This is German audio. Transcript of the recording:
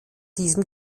diesem